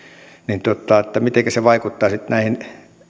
että mitenkä se vaikuttaa näihin